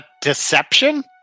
deception